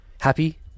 Happy